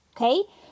Okay